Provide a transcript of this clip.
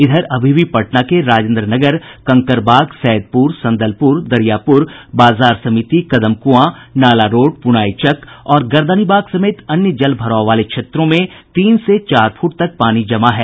इधर अभी भी पटना के राजेन्द्र नगर कंकड़बाग सैदपुर संदलपुर दरियापूर बाजार समिति कदमकूआ नाला रोड पूनाईचक और गर्दनीबाग समेत अन्य जल भराव वाले क्षेत्रों में तीन से चार फूट तक पानी जमा है